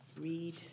read